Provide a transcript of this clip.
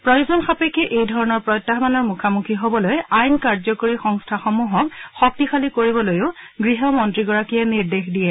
প্ৰয়োজন সাপেক্ষে এই ধৰণৰ প্ৰত্যাহানসমূহৰ মুখামুখি হবলৈ আইন কাৰ্য্যকৰী কৰা সংস্থাসমূহক শক্তিশালী কৰিবলৈও গৃহমন্নীগৰাকীয়ে নিৰ্দেশ দিয়ে